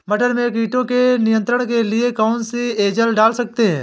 मटर में कीटों के नियंत्रण के लिए कौन सी एजल डाल सकते हैं?